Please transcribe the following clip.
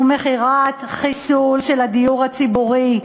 הוא מכירת חיסול של הדיור הציבורי.